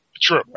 True